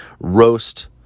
Roast